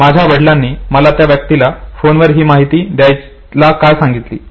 माझ्या वडिलांनी मला त्या व्यक्तीला फोनवर ही माहिती द्यायला का सांगितली